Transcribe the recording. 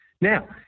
now